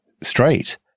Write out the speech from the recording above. straight